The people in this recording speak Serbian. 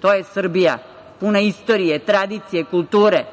To je Srbija, puna istorije, tradicije, kulture.